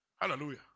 Hallelujah